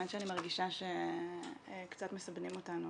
האמת שאני מרגישה שקצת מסבנים אותנו